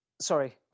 Sorry